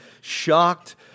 shocked